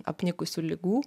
apnikusių ligų